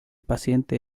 paciente